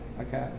Okay